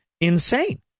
insane